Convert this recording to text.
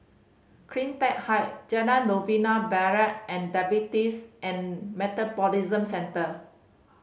Cleantech Height Jalan Novena Barat and Diabetes and Metabolism Centre